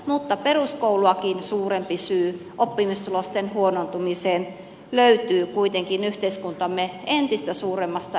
mutta peruskouluakin suurempi syy oppimistulosten huonontumiseen löytyy kuitenkin yhteiskuntamme entistä suuremmasta eriytyneisyydestä